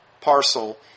parcel